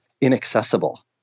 inaccessible